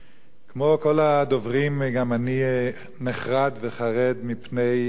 גם אני נחרד וחרד מפני שלטון האלימות